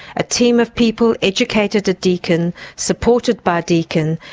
a team of people educated at deakin, supported by deakin,